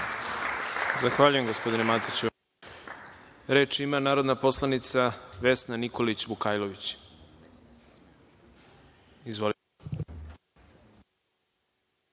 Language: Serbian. Zahvaljujem, gospodine Matiću. Reč ima narodna poslanica Vesna Nikolić Vukajlović. Izvolite.